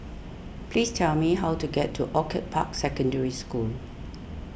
please tell me how to get to Orchid Park Secondary School